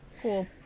cool